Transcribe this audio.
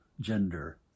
gender